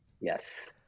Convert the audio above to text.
Yes